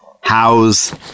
How's